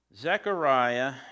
Zechariah